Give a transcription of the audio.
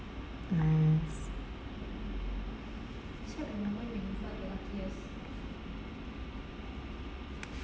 nice